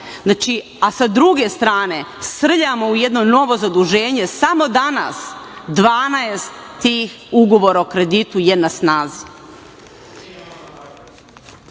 a sa druge strane srljamo u jedno novo zaduženje, samo danas 12 tih ugovora o kreditu je na snazi. Dalje,